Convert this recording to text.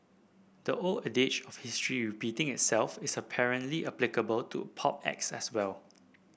the old adage of history repeating itself is apparently applicable to pop acts as well